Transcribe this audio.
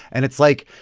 and it's, like,